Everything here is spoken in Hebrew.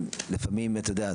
לפעמים אתה יודע,